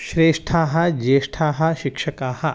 श्रेष्ठाः ज्येष्ठाः शिक्षकाः